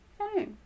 Okay